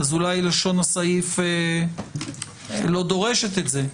אז אולי לשון הסעיף לא דורשת את זה,